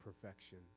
perfection